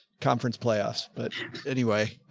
conference playoffs. but anyway, ah,